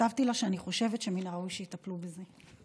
כתבתי לה שאני חושבת שמן הראוי שיטפלו בזה.